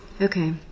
Okay